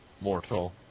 Mortal